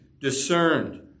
discerned